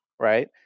right